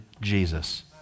Jesus